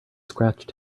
scratched